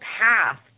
path